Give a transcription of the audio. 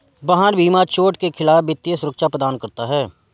वाहन बीमा चोट के खिलाफ वित्तीय सुरक्षा प्रदान करना है